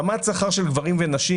רמת שכר של גברים ונשים,